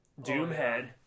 Doomhead